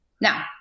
Now